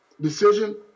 decision